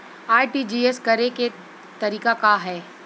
RTGS करे के तरीका का हैं?